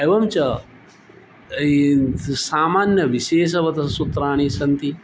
एवं च अयिद् सामान्यविशेषवतसूत्राणि सन्ति